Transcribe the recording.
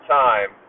time